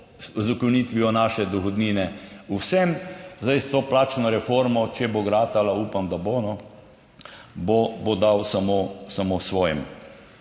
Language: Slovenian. ukinitvijo naše dohodnine vsem, zdaj s to plačno reformo, če bo ratala - upam, da bo, no -, bo dal samo svojim.